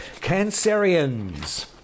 cancerians